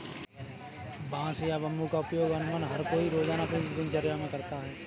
बांस या बम्बू का उपयोग अमुमन हर कोई रोज़ाना अपनी दिनचर्या मे करता है